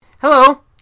Hello